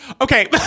okay